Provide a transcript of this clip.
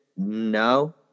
no